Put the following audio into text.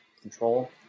control